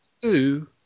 two